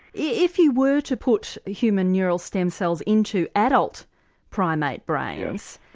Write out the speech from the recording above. yeah if you were to put human neural stem cells into adult primate brains,